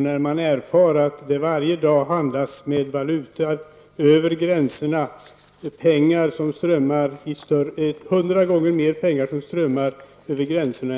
När man erfar att det varje dag handlas med valutor över gränserna för hundra gånger mer pengar